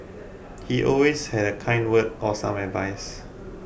he always had a kind word or some advice